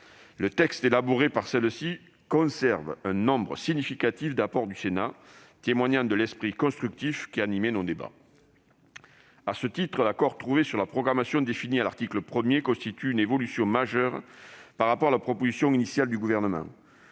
Le texte élaboré par celle-ci conserve un nombre significatif d'apports du Sénat, témoignant de l'esprit constructif qui a animé nos débats. À ce titre, l'accord trouvé sur la programmation définie à l'article 1 constitue une évolution majeure par rapport à la proposition initiale du Gouvernement.